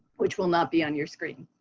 which will not be on your screen.